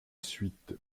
suite